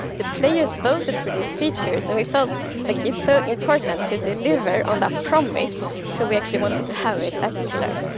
the players voted for these features. and we felt like it's so important to deliver on that promise. so we actually wanted to have it as a pillar.